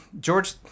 George